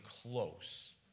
close